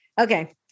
okay